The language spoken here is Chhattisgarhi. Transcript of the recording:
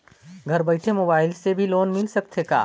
घर बइठे मोबाईल से भी लोन मिल सकथे का?